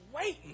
waiting